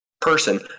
person